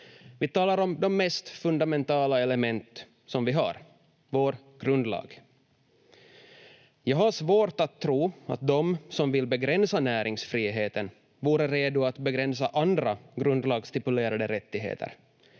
Vi talar om de mest fundamentala element som vi har, vår grundlag. Jag har svårt att tro att de som vill begränsa näringsfriheten vore redo att begränsa andra grundlagsstipulerade rättigheter.